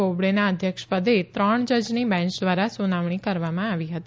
બોબડેના અધ્યક્ષપદે ત્રણ જજની બેંચ દ્વારા સુનાવણી કરવામાં આવી હતી